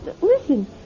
Listen